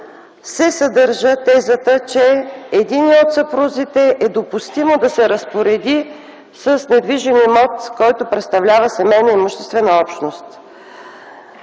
се съдържа тезата, че е допустимо единият от съпрузите да се разпореди с недвижим имот, който представлява семейна имуществена общност.